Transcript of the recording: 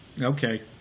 Okay